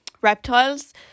reptiles